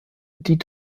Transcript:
die